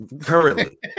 currently